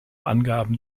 angaben